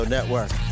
Network